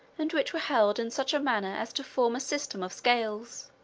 and which were held in such a manner as to form a system of scales,